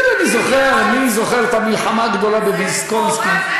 כן, אני זוכר את המלחמה הגדולה בוויסקונסין.